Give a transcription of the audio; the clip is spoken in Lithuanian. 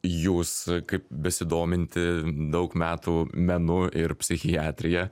jūs kaip besidominti daug metų menu ir psichiatrija